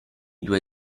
due